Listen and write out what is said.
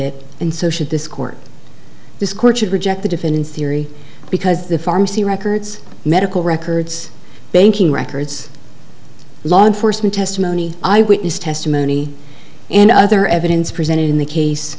it and so should this court this court should reject the defense theory because the pharmacy records medical records banking records law enforcement testimony i witness testimony and other evidence presented in the case